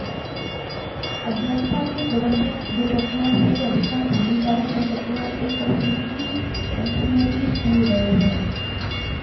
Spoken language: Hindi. अज्ञानता, कुप्रबंधन, दुर्घटना से अधिकांश हानिकारक खरपतवार एक पारिस्थितिकी तंत्र में पेश किए गए हैं